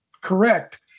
correct